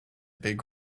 big